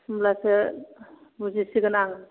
होमब्लासो बुजिसिगोन आं